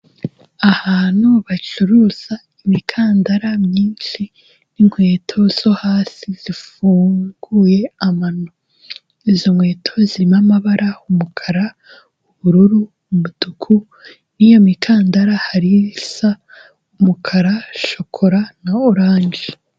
Ahantu bacuruza imikandara myinshi n'inkweto zo hasi zifunguye amano. Izo nkweto zirimo amabara umukara, ubururu, umutuku, n'iyo mikandara hari isa umukara, shokora na oranje.